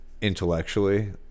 intellectually